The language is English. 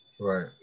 Right